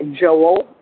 joel